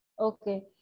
Okay